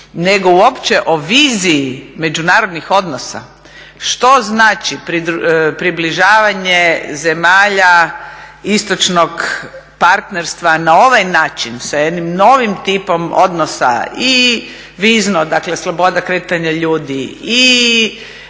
nego uopće o viziji međunarodnih odnosa, što znači približavanje zemalja istočnog partnerstva na ovaj način, sa jednim novim tipom odnosa i vizno dakle sloboda kretanja ljudi